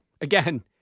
again